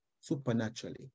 supernaturally